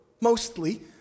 mostly